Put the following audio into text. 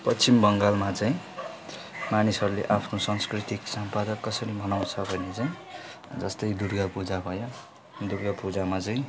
पच्छिम बङ्गालमा चाहिँ मानिसहरूले आफ्नो सांस्कृतिक सम्पदा कसरी मनाउँछ भने चाहिँ जस्तै दुर्गा पूजा भयो दुर्गा पूजामा चाहिँ